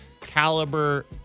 caliber